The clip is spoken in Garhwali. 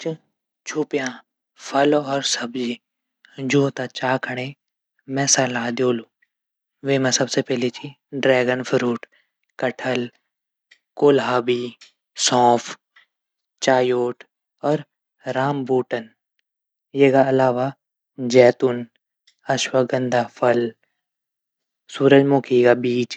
छुप्यां फल और सब्जी जू तै चाखणै मै सलाह दियोल वेमा सबसे पैली च ड्रैगन फ्रूट, कटहल, कोलाहबी, सौंफ, चायओट, अर रामबुटन। एक का अलावा जैतून अशवगंधा फल सूरजमुखी बीज।